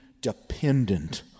dependent